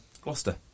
Gloucester